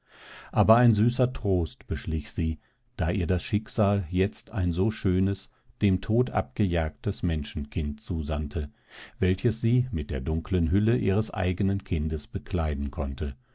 aber ein süßer trost beschlich sie da ihr das schicksal jetzt ein so schönes dem tod abgejagtes menschenkind zusandte welches sie mit der dunklen hülle ihres eigenen kindes bekleiden konnte